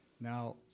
Now